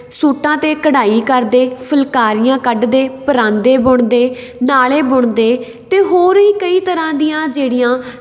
ਸੂਟਾਂ 'ਤੇ ਕਢਾਈ ਕਰਦੇ ਫੁਲਕਾਰੀਆਂ ਕੱਢਦੇ ਪਰਾਂਦੇ ਬੁਣਦੇ ਨਾਲੇ ਬੁਣਦੇ ਅਤੇ ਹੋਰ ਵੀ ਕਈ ਤਰ੍ਹਾਂ ਦੀਆਂ ਜਿਹੜੀਆਂ